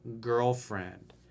girlfriend